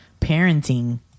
parenting